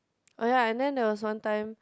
oh yea and then there was one time